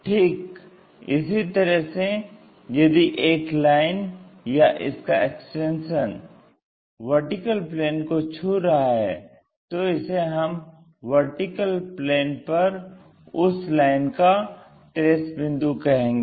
ठीक इसी तरह से यदि एक लाइन या इसका एक्सटेंशन VP को छू रहा है तो इसे हम VP पर उस लाइन का ट्रेस बिंदु कहेंगे